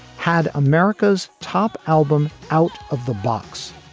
had america's top album out of the box,